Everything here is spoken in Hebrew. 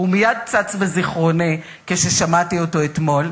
והוא מייד צץ בזיכרוני כששמעתי אותו אתמול?